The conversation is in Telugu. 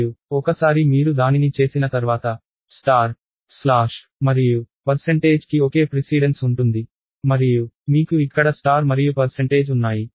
మరియు ఒకసారి మీరు దానిని చేసిన తర్వాత స్టార్ స్లాష్ మరియు పర్సెంటేజ్ కి ఒకే ప్రిసీడెన్స్ ఉంటుంది మరియు మీకు ఇక్కడ స్టార్ మరియు పర్సెంటేజ్ ఉన్నాయి